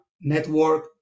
network